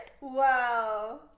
Wow